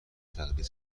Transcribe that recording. تقلید